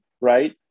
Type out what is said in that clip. right